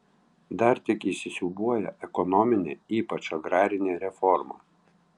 dar tik įsisiūbuoja ekonominė ypač agrarinė reforma